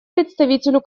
представителю